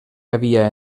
havia